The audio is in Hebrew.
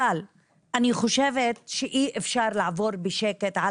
אבל אני חושבת שאי אפשר לעבור בשקט על